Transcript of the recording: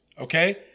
okay